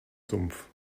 sumpf